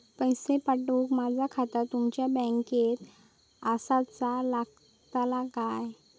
पैसे पाठुक माझा खाता तुमच्या बँकेत आसाचा लागताला काय?